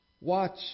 Watch